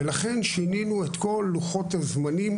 ולכן שינינו את כל לוחות הזמנים,